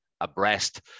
abreast